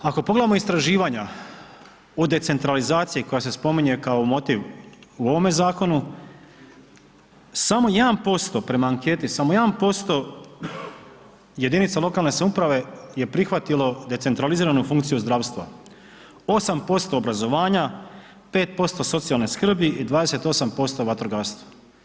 Ako pogledamo istraživanja o decentralizaciji koja se spominje kao motiv u ovome zakonu samo 1% prema anketi, samo 1% jedinica lokalne samouprave je prihvatilo decentraliziranu funkciju zdravstva, 8% obrazovanja, 5% socijalne skrbi i 28% vatrogastva.